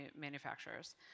manufacturers